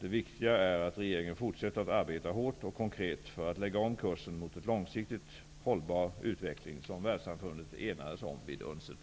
Det viktiga är att regeringen fortsätter att arbeta hårt och konkret för att lägga om kursen mot en långsiktigt hållbar utveckling, som världssamfundet enades om vid UNCED.